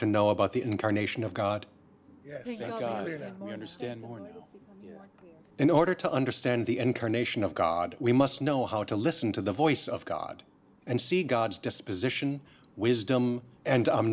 to know about the incarnation of god the god that we understand morning in order to understand the incarnation of god we must know how to listen to the voice of god and see god's disposition wisdom and